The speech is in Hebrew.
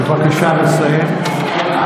בבקשה לסיים.